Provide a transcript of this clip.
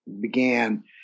began